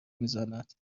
میزند